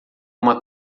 uma